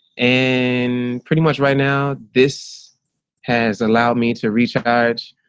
and pretty much right now this has allowed me to recharge,